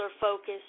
focus